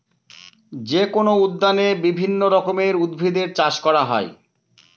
যেকোনো উদ্যানে বিভিন্ন রকমের উদ্ভিদের চাষ করা হয়